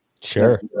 Sure